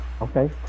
Okay